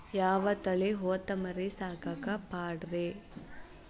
ಯಾವ ತಳಿ ಹೊತಮರಿ ಸಾಕಾಕ ಪಾಡ್ರೇ?